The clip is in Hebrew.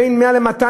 בין 100 ל-200.